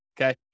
okay